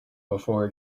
before